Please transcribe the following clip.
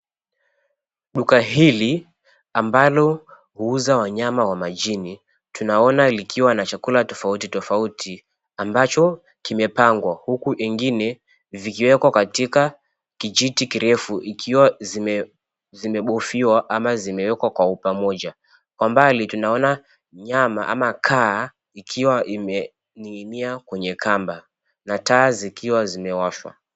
Duka hili ambalo huuza wanyama wa majini, tunaona liikiwa na chakula tofauti tofauti ambacho kimepangwa, huku vingine vikiwekwa katika kijiti kirefu ikiwa zimebofiwa ama zimewekwa kwa upamoja. Kwa mbali tunaona nyama ama kaa ikiwa imening'inia kwenye kamba na taa zikiwa zimewashwa.